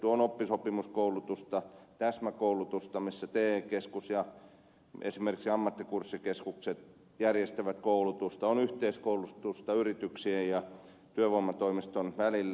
on oppisopimuskoulutusta täsmäkoulutusta missä te keskus ja esimerkiksi ammattikurssikeskukset järjestävät koulutusta on yhteiskoulutusta yrityksien ja työvoimatoimiston välillä